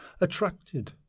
attracted